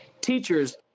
teachers